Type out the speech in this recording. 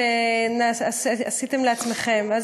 שעשיתם לעצמכם.